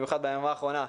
במיוחד ביממה האחרונה,